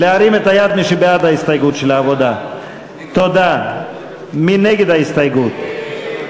ההסתייגויות של קבוצת סיעת חד"ש לסעיף 07,